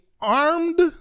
armed